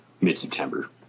mid-September